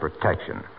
protection